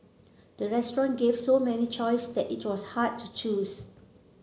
the restaurant gave so many choice that it was hard to choose